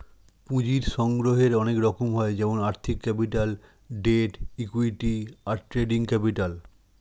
পুঁজির সংগ্রহের অনেক রকম হয় যেমন আর্থিক ক্যাপিটাল, ডেট, ইক্যুইটি, আর ট্রেডিং ক্যাপিটাল